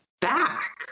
back